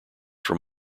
from